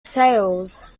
sales